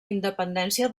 independència